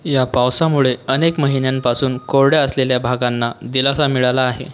या पावसामुळे अनेक महिन्यांपासून कोरड्या असलेल्या भागांना दिलासा मिळाला आहे